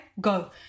Go